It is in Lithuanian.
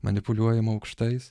manipuliuojama aukštais